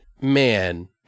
man